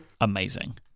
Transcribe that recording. amazing